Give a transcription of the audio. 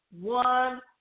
one